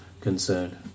concerned